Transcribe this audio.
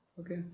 Okay